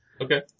Okay